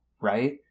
right